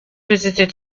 visited